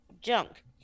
junk